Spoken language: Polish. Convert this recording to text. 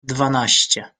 dwanaście